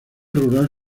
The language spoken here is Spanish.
rural